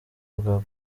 bwa